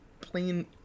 plain